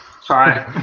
Sorry